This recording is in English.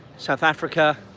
south africa,